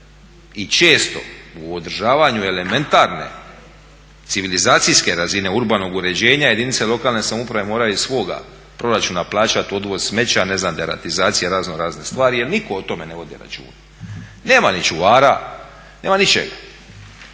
i često u održavanju elementarne, civilizacijske razine urbanog uređenja jedinice lokalne samouprave moraju iz svog proračuna plaćati odvoz smeća, deratizacije, raznorazne stvari jer nitko o tome ne vodi računa. Nema ni čuvara, nema ničeg.